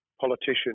politician